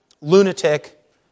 lunatic